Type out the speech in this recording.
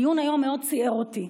הדיון היום מאוד ציער אותי.